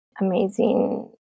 amazing